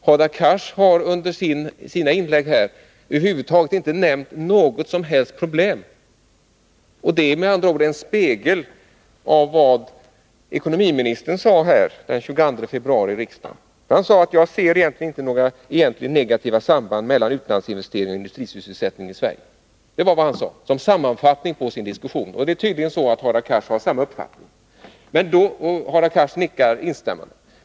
Hadar Cars har i sina inlägg över huvud taget inte nämnt något som helst problem. Det är med andra ord en spegling av vad ekonomiministern sade den 22 februari här i riksdagen. Han sade att han egentligen inte såg några negativa samband mellan utlandsinvesteringar och industrisysselsättningen i Sverige. Det är tydligen så att Hadar Cars har samma uppfattning — Hadar Cars nickar instämmande.